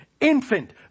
infant